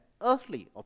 earthly